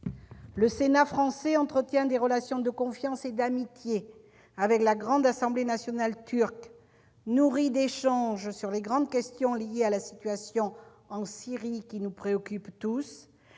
Le Sénat français entretient des relations de confiance et d'amitié avec la Grande Assemblée nationale turque, nourries d'échanges sur les grandes questions liées à la situation en Syrie qui nous préoccupe tous,